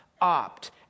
opt